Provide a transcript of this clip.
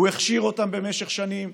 הוא הכשיר אותם במשך שנים,